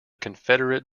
confederate